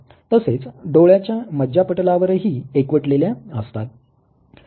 तसेच डोळ्याच्या मज्जापटलावरही एकवटलेल्या असतात